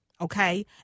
Okay